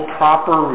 proper